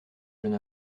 jeune